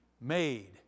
made